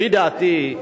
לפי דעתי,